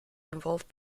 involved